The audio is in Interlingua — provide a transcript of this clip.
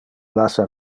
lassa